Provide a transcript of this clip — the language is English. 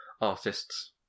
artists